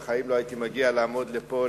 בחיים לא הייתי מגיע לעמוד פה,